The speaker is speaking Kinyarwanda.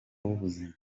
b’ubuzima